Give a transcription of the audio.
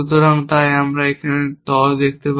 এবং তাই আমরা সেখানে 10 দেখতে পাচ্ছি